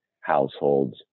households